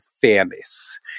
fairness